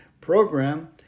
program